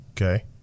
Okay